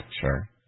Sure